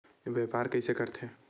व्यापार कइसे करथे?